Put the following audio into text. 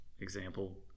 example